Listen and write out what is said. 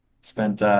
Spent